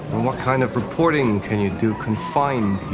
what kind of reporting can you do confined